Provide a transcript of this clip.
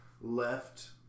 left